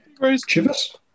Chivas